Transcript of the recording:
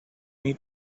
need